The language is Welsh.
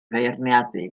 feirniadu